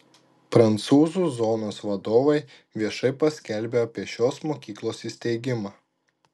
prancūzų zonos vadovai viešai paskelbė apie šios mokyklos įsteigimą